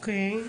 אוקיי.